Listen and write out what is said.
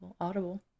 audible